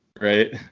Right